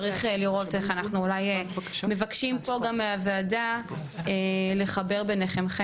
צריך לראות איך אנחנו אולי מבקשים פה גם מהוועדה לחבר ביניכם,